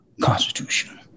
constitution